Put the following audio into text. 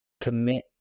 commit